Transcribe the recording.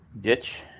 Ditch